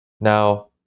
Now